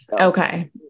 Okay